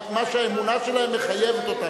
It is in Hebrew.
למה שהאמונה שלהם מחייבת אותם.